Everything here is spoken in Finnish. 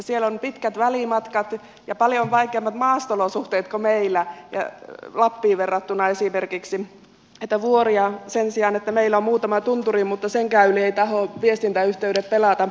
siellä on pitkät välimatkat ja paljon vaikeammat maasto olosuhteet kuin meillä esimerkiksi lappiin verrattuna siellä on vuoria sen sijaan että meillä on muutama tunturi mutta niidenkään yli eivät tahdo viestintäyhteydet pelata